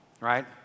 right